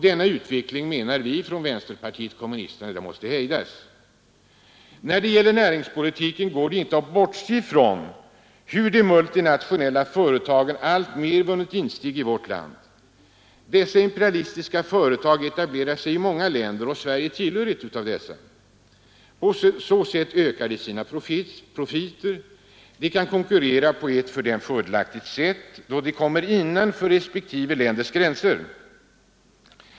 Denna utveckling måste hejdas, menar vi från vänsterpartiet kommunisterna. Då det gäller näringspolitiken går det inte att bortse ifrån hur de multinationella företagen alltmer har vunnit insteg i vårt land. Dessa imperialistiska företag etablerar sig i många länder, bl.a. i Sverige. På så sätt ökar de sina profiter, de kan konkurrera på för dem fördelaktigare sätt då de kommit innanför respektive länders gränser.